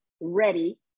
ready